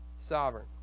sovereign